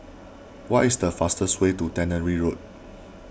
what is the fastest way to Tannery Road